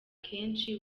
kenshi